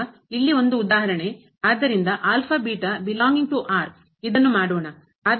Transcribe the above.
ಈಗ ಇಲ್ಲಿ ಒಂದು ಉದಾಹರಣೆ ಆದ್ದರಿಂದ ಇದನ್ನು ಮಾಡೋಣ